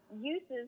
uses